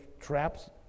traps